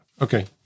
okay